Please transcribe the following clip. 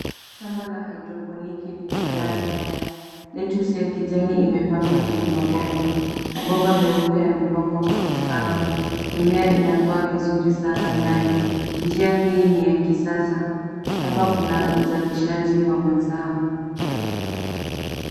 Shamba la hidroponiki limejaa mimea, lettuce ya kijani imepandwa kwenye mabomba. Mabomba meupe yamepangwa kwa usawa. Mimea inakua vizuri sana ndani. Njia hii ni ya kisasa. Hapa kuna uzalishaji wa mazao.